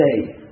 today